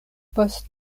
post